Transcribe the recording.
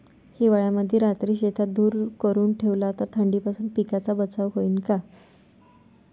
हिवाळ्यामंदी रात्री शेतात धुर करून ठेवला तर थंडीपासून पिकाचा बचाव होईन का?